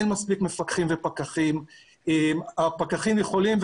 ברור, אין ספק שהתשתיות חייבות להיות טובות יותר.